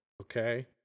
Okay